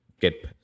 get